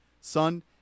son